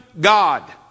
God